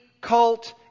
cult